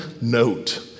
note